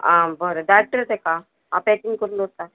आं बरें धाडटा ताका हांव पॅकींग करून दवरतां